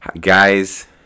Guys